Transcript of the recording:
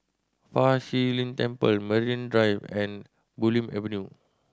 Fa Shi Lin Temple Marine Drive and Bulim Avenue